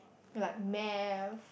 like Math